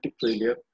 failure